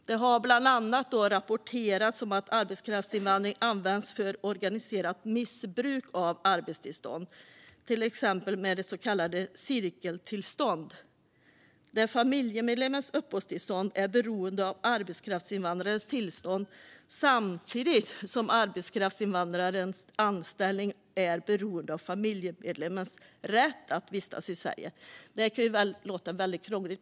Det har bland annat rapporterats om att arbetskraftsinvandring används för organiserat missbruk av arbetstillstånd, till exempel med så kallade cirkeltillstånd där familjemedlemmens uppehållstillstånd är beroende av arbetskraftsinvandrarens tillstånd samtidigt som arbetskraftsinvandrarens anställning är beroende av familjemedlemmens rätt att vistas i Sverige. Det kan låta väldigt krångligt.